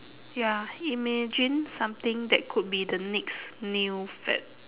ya imagine something that could be the next new fad